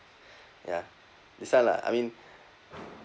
ya that's why lah I mean